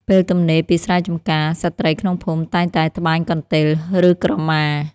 ពេលទំនេរពីស្រែចម្ការ ស្ត្រីក្នុងភូមិតែងតែត្បាញកន្ទេល ឬក្រមា។